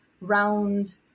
round